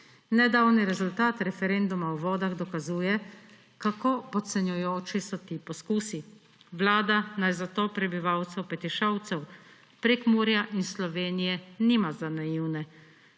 Nedavni rezultat referenduma o vodah dokazuje, kako podcenjujoči so ti poskusi. Vlada naj zato prebivalce Petišovcev, Prekmurja in Slovenije nima za naivne.